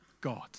God